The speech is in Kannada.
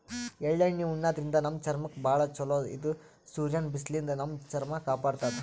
ಎಳ್ಳಣ್ಣಿ ಉಣಾದ್ರಿನ್ದ ನಮ್ ಚರ್ಮಕ್ಕ್ ಭಾಳ್ ಛಲೋ ಇದು ಸೂರ್ಯನ್ ಬಿಸ್ಲಿನ್ದ್ ನಮ್ ಚರ್ಮ ಕಾಪಾಡತದ್